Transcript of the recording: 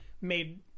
made